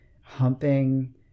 humping